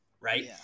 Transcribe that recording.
right